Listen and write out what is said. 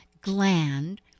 gland